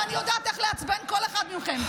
ואני יודעת איך לעצבן כל אחד מכם.